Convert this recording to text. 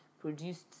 produced